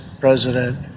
president